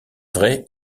vrai